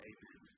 Amen